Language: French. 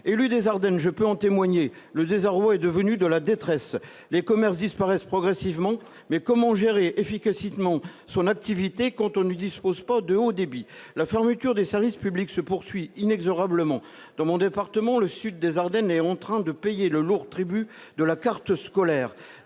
Élu des Ardennes, je peux en témoigner : le désarroi est devenu de la détresse. Les commerces disparaissent progressivement, mais comment gérer efficacement son activité quand on ne dispose pas du haut débit ? La fermeture des services publics se poursuit inexorablement. Le sud des Ardennes est en train de payer le lourd tribut de la carte scolaire.